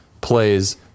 plays